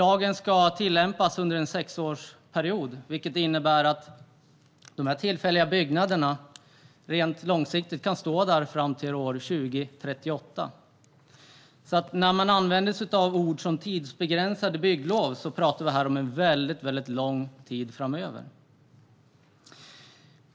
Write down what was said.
Lagen ska tillämpas under en sexårsperiod, vilket innebär att dessa tillfälliga byggnader kan stå kvar fram till år 2038. Man använder sig av ord som tidsbegränsade bygglov, men här talar vi om väldigt lång tid framöver.